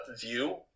view